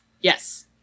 Yes